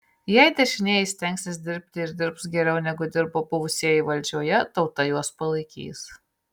jei dešinieji stengsis dirbti ir dirbs geriau negu dirbo buvusieji valdžioje tauta juos palaikys